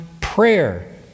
prayer